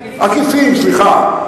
עקיפים, סליחה.